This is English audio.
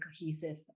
cohesive